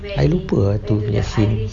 I lupa ah tu punya scene